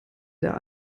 der